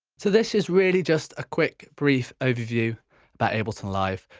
so this is really just a quick brief overview about ableton live.